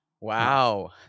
Wow